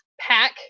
Pack